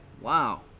Wow